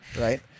right